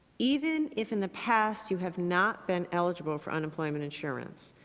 even if in the past you have not been eligible for unemployment insurance,